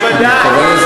אני קורא לזה